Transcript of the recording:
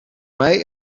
mij